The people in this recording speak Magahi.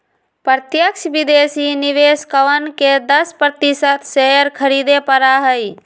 प्रत्यक्ष विदेशी निवेशकवन के दस प्रतिशत शेयर खरीदे पड़ा हई